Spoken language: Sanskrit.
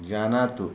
जानातु